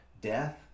death